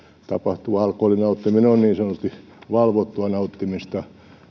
tapahtuva alkoholin nauttiminen on niin sanotusti valvottua nauttimista